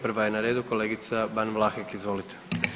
Prva je na redu kolegica Ban Vlahek, izvolite.